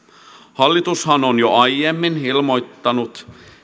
hallitushan on on jo aiemmin ilmoittanut